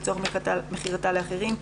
לצורך מכירתה לאחרים.